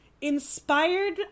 inspired